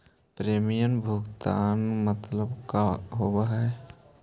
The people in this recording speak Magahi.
प्रीमियम भुगतान मतलब का होव हइ?